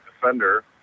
Defender